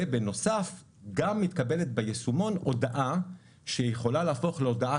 בנוסף לכך מתקבלת ביישומון הודעה שיכולה להפוך להודעה